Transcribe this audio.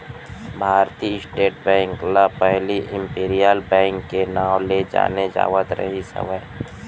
भारतीय state bank ल पहिली इम्पीरियल बेंक के नांव ले जाने जावत रिहिस हवय